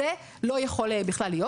זה לא יכול להיות.